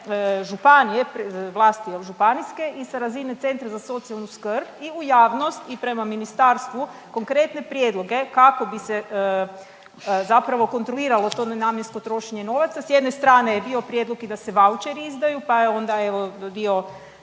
i sa razine Centra za socijalnu skrb i u javnost i prema ministarstvu konkretne prijedloge kako bi se zapravo kontroliralo to nenamjensko trošenje novaca. Sa jedne strane je bio prijedlog i da se vaučeri izdaju, pa je onda evo